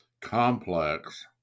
complex